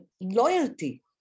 loyalty